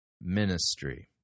ministry